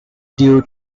due